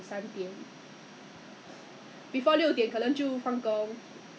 这样 isn't it good work from home no that day